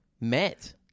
met